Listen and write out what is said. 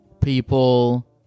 people